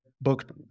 booked